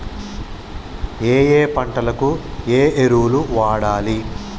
ఏయే పంటకు ఏ ఎరువులు వాడాలి?